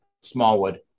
Smallwood